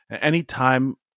anytime